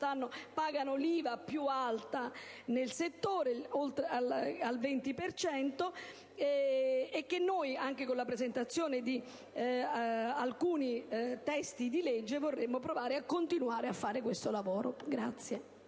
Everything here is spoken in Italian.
pagano l'IVA più alta nel settore, al 20 per cento. Quindi, anche con la presentazione di alcuni testi di legge, vorremmo provare a continuare a svolgere questo lavoro.